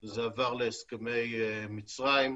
זה עבר להסכמי מצרים.